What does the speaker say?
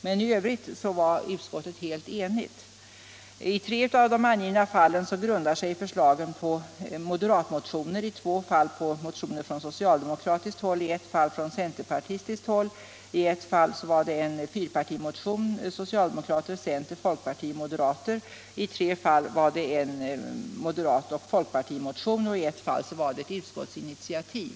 Men i övrigt var utskottet alltså helt enigt. 2 december 1975 I tre av de angivna fallen grundar sig förslagen på moderatmotioner, i två fall på motioner från socialdemokratiskt håll, i ett fall på en motion - Om regeringens från centerpartistiskt håll, i ett fall på en fyrpartimotion väckt av so = åtgärder med cialdemokrater, centerpartister, folkpartister och moderater, i tre fall på — anledning av vissa en moderatoch folkpartimotion och i ett fall på ett utskottsinitiativ.